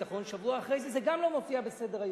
שבוע אחרי זה, זה גם לא מופיע בסדר-היום.